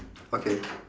okay